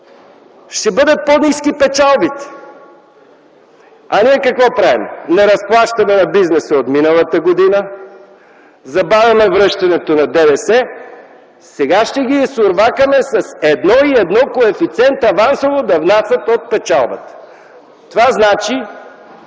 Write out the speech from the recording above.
ще бъдат по-ниски. А ние какво правим? Не разплащаме на бизнеса от миналата година, забавяме връщането на ДДС, а сега ще ги „изсурвакаме” с коефициент 1,1 авансово да внасят от печалбата. Това означава